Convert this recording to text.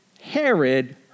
Herod